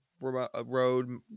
road